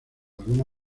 alguna